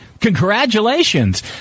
Congratulations